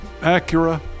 Acura